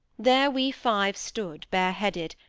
there we five stood, bareheaded,